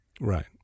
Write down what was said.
Right